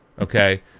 Okay